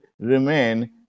remain